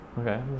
Okay